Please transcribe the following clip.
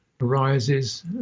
arises